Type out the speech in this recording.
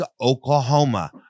oklahoma